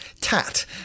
tat